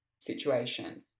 situation